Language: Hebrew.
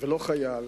ולא חייל,